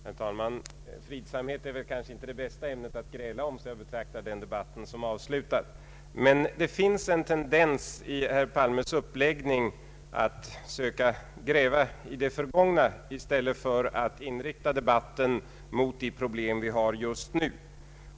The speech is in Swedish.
Herr talman! Fridsamhet är kanske inte det bästa ämnet att gräla om, och jag betraktar därför den debatten som avslutad. Men det finns hos herr Palme en tendens till att söka gräva i det förgångna i stället för att inrikta debatten mot de problem vi har just nu.